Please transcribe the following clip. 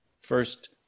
first